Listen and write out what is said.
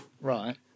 Right